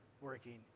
working